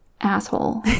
asshole